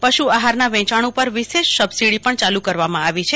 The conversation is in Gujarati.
પશુ આહાર ના વેચાણ ઉપર વિશેષ સબસીડી પણ ચાલુ કરવામાં આવી છે